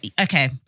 okay